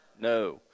No